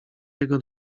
jego